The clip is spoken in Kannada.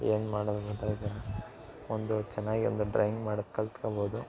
ಏನು ಮಾಡೋದು ಗೊತ್ತಾಗ್ತಾ ಇಲ್ಲ ಒಂದು ಚೆನ್ನಾಗಿ ಒಂದು ಡ್ರಾಯಿಂಗ್ ಮಾಡೋದು ಕಲ್ತ್ಕೊಳ್ಬೌದು